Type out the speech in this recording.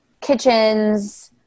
kitchens